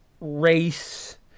race